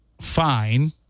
fine